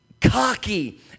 cocky